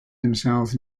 themselves